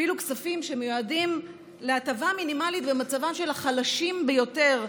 אפילו כספים שמיועדים להטבה מינימלית של מצבם של החלשים ביותר,